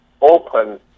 Open